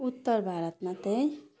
उत्तर भारतमा चाहिँ